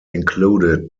included